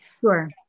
Sure